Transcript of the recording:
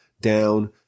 down